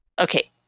Okay